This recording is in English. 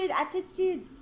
attitude